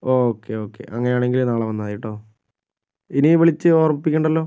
okay okay അങ്ങനെയാണെങ്കില് നാളെ വന്നാൽ മതി കെട്ടോ ഇനി വിളിച്ച് ഓർമ്മിപ്പിക്കണ്ടല്ലോ